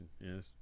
yes